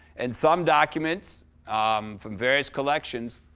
and some documents from various collections,